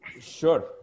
Sure